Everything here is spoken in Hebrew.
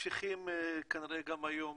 ממשיכים כנראה גם היום